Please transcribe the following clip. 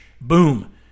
boom